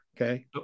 Okay